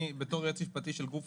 אני בתור יועץ משפטי של גוף